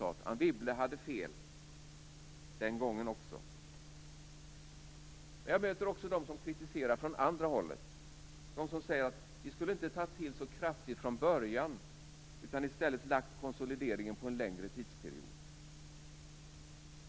Anne Wibble hade fel, den gången också. Men jag möter också dem som kritiserar från andra hållet - de som säger att vi inte skulle ha tagit till så kraftigt från början utan i stället lagt konsolideringen på en längre tidsperiod.